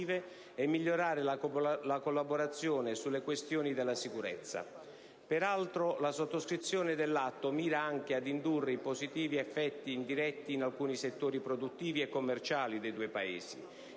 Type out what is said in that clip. e migliorare la collaborazione sulle questioni della sicurezza. Peraltro, la sottoscrizione dell'atto mira anche ad indurre positivi effetti indiretti in alcuni settori produttivi e commerciali dei due Paesi